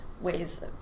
ways